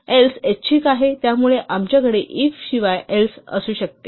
else ऐच्छिक आहे त्यामुळे आमच्याकडे if शिवाय else असू शकते